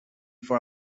for